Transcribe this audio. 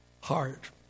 heart